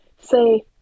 say